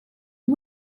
you